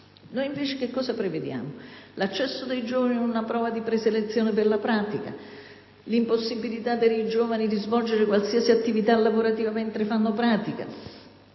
Noi invece cosa prevediamo? L'accesso dei giovani ad una prova di preselezione per la pratica; l'impossibilità per i giovani di svolgere qualsiasi attività lavorativa mentre fanno pratica;